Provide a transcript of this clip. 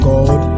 God